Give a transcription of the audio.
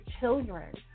children